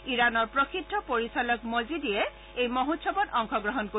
ইৰাণৰ প্ৰসিদ্ধ পৰিচালক মজিদিয়ে এই মহোৎসৱত অংশ গ্ৰহণ কৰিব